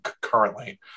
currently